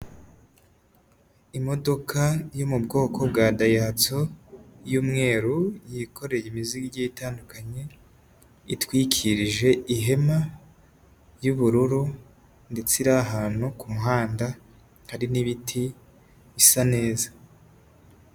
Imodoka yo mu bwoko bwa dayihatso y'umweru yikoreye imizigo igiye itandukanye, itwikirije ihema ry'ubururu ndetse iri ahantu ku muhanda, hari n'ibiti bisa neza.